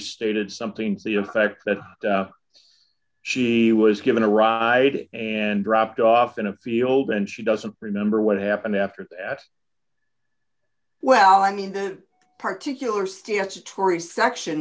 stated something to the effect that she was given a ride and dropped off in a field and she doesn't remember what happened after that well i mean that particularly statutory section